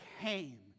came